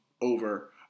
over